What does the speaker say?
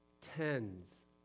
tens